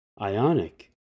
ionic